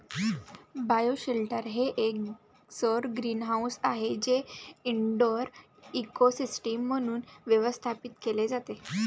bioshelter हे एक सौर ग्रीनहाऊस आहे जे इनडोअर इकोसिस्टम म्हणून व्यवस्थापित केले जाते